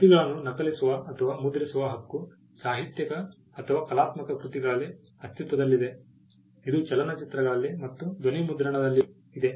ಪ್ರತಿಗಳನ್ನು ನಕಲಿಸುವ ಅಥವಾ ಮುದ್ರಿಸುವ ಹಕ್ಕು ಸಾಹಿತ್ಯಿಕ ಅಥವಾ ಕಲಾತ್ಮಕ ಕೃತಿಗಳಲ್ಲಿ ಅಸ್ತಿತ್ವದಲ್ಲಿದೆ ಇದು ಚಲನಚಿತ್ರಗಳಲ್ಲಿ ಮತ್ತು ಧ್ವನಿ ಮುದ್ರಣದಲ್ಲಿಯೂ ಇದೆ